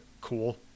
cool